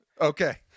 Okay